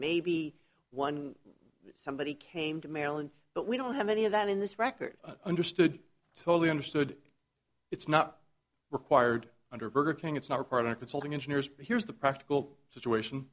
maybe one that somebody came to maryland but we don't have any of that in this record understood totally understood it's not required under burger king it's not a part of consulting engineers but here's the practical situation